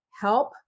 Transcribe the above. help